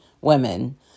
women